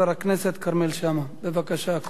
חבר הכנסת כרמל שאמה-הכהן.